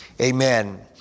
Amen